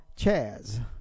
CHAZ